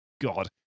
God